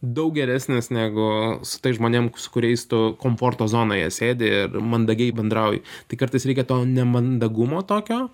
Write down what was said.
daug geresnis negu su tais žmonėm su kuriais tu komforto zonoje sėdi ir mandagiai bendrauji tai kartais reikia to nemandagumo tokio